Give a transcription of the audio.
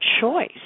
choice